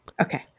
Okay